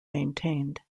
maintained